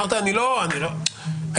שאלתי: הרי מה תכליות הדיווח.